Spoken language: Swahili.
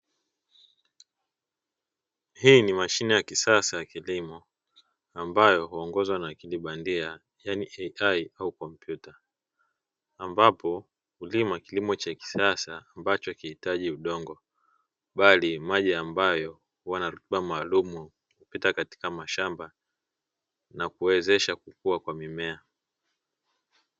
Hili ni mashine ya kisasa ya kilimo ambayo huongozwa na akili bandia (yaani AI) au kompyuta, ambapo hulima kilimo cha kisasa ambacho hakihitaji udongo bali maji ambayo huwa na rutuba maalumu, hupita katika mashamba na kuwezesha kukua kwa mimea.